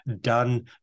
done